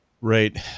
Right